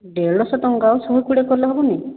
ଦେଢ଼ଶହ ଟଙ୍କା ଶହେ କୋଡ଼ିଏ କଲେ ହେବନି